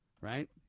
Right